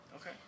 Okay